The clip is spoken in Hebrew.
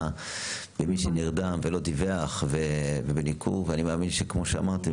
ומי שנרדם ולא דיווח ובניקור ואני מאמין שכמו שאמרתם,